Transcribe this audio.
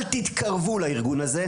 אל תתקרבו לארגון הזה,